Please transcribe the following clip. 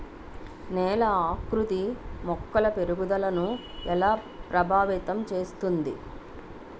నేల ఆకృతి మొక్కల పెరుగుదలను ఎలా ప్రభావితం చేస్తుంది?